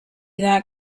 that